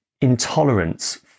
intolerance